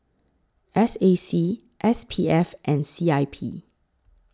S A C S P F and C I P